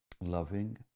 Loving